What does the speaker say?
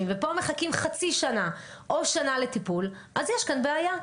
ופה מחכים חצי שנה או שנה לטיפול אז יש כאן בעיה.